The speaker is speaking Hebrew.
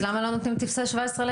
אז למה לא נותנים טופסי 17 לאלישע?